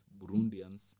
Burundians